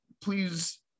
please